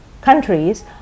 countries